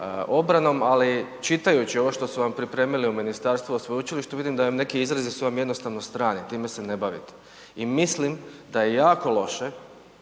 obranom ali čitajući ovo što su vam pripremili u ministarstvu o sveučilištu, vidim da neki izrazi su vam jednostavno strani, time se ne bavite i mislim da je jako loše